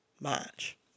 match